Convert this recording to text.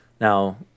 Now